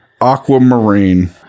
Aquamarine